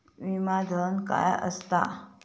विमा धन काय असता?